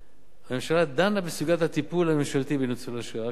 הממשלה דנה בסוגיית הטיפול הממשלתי בניצולי השואה.